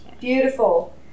Beautiful